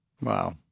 Wow